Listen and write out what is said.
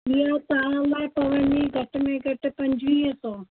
ईअं तव्हां लाइ पवंदी घट में घटि पंजुवीह सौ